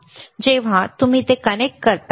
आणि जेव्हा तुम्ही हे असे कनेक्ट करता